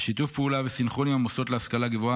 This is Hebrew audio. בשיתוף פעולה וסנכרון עם המוסדות להשכלה גבוהה,